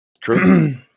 true